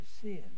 sin